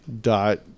dot